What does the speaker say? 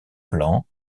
plan